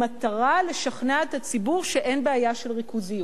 במטרה לשכנע את הציבור שאין בעיה של ריכוזיות.